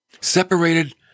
separated